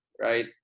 Right